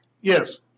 yes